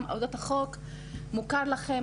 גם החוק מוכר לכם.